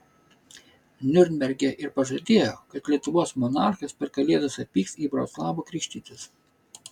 niurnberge ir pažadėjo kad lietuvos monarchas per kalėdas atvyks į vroclavą krikštytis